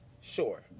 Sure